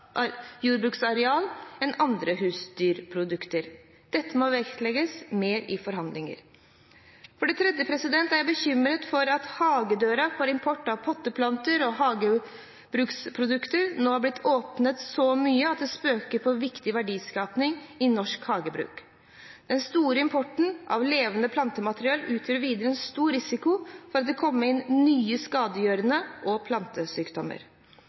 enn andre husdyrprodukter. Dette må vektlegges mer i forhandlinger. For det tredje er jeg bekymret for at hagedøra for import av potteplante- og hagebruksprodukter nå er blitt åpnet så mye at det spøker for viktig verdiskaping i norsk hagebruk. Den store importen av levende plantemateriale utgjør videre en stor risiko for at det kommer inn nye skadegjørere og plantesykdommer.